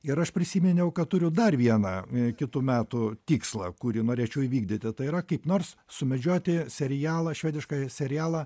ir aš prisiminiau kad turiu dar vieną i kitų metų tikslą kurį norėčiau įvykdyti tai yra kaip nors sumedžioti serialą švedišką serialą